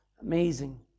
Amazing